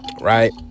Right